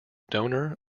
donor